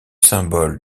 symbole